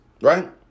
Right